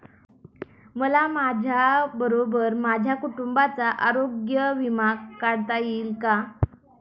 मला माझ्याबरोबर माझ्या कुटुंबाचा आरोग्य विमा काढता येईल का?